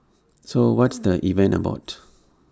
so what's the event about